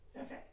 okay